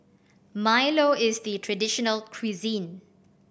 milo is the traditional cuisine